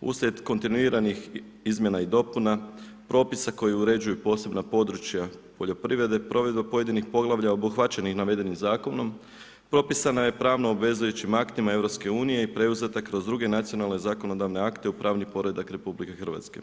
uslijed kontinuiranih izmijenih i dopuna, propisa koji uređuju posebna područja poljoprivrede, provedba pojedinih poglavalja obuhvaćeni navedenim zakonom, propisana je pravno obvezujućim aktima EU i preuzeta kroz druge nacionalne zakonodavne akte u pravni poredak RH.